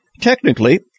Technically